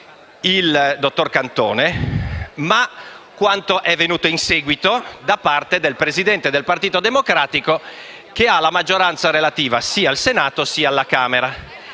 dal dottor Cantone, ma quanto affermato in seguito dal Presidente del Partito Democratico (che ha la maggioranza relativa sia al Senato, che alla Camera